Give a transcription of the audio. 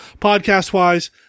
Podcast-wise